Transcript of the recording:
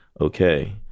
okay